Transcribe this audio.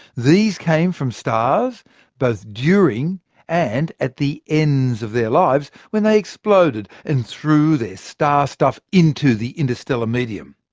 these came from stars both during and at the ends of their lives, when they exploded and threw their star stuff into the interstellar medium.